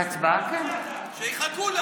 שיחכו לה,